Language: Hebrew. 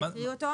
אני אקריא אותו.